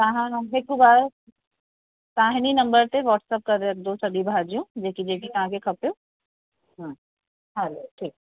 तव्हां हिकु बार तव्हां हिन नम्बर ते वॉट्सप करे रखिजो सॼियूं भाॼियूं जेकी जेकी तव्हांखे खपियूं हा हलो ठीकु